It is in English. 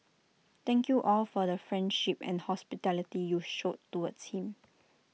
thank you all for the friendship and hospitality you showed towards him